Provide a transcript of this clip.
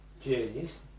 journeys